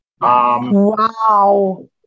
Wow